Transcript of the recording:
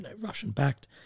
Russian-backed